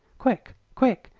quick! quick!